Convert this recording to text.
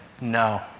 No